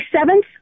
seventh